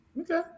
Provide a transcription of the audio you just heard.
okay